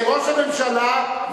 ראש הממשלה,